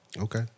Okay